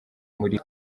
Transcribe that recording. muri